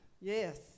yes